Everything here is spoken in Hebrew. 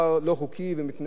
ולא מתנהג באלימות,